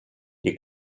des